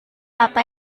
apa